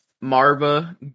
marva